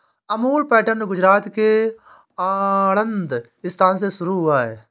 Amul pattern Gujarat के आणंद स्थान से शुरू हुआ है